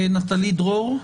נטלי דרור.